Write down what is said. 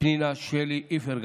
פנינה שלי איפרגן.